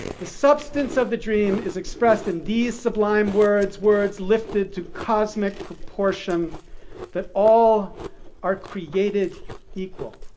the substance of the dream is expressed in these sublime words words lifted to cosmic proportions that all are created equal.